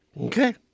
Okay